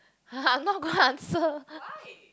[huh] I'm not gonna answer